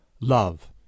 Love